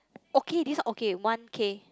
okay this one okay one K